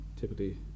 typically